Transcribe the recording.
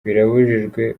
birabujijwe